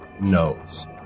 knows